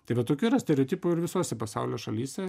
tai va tokių yra stereotipų ir visose pasaulio šalyse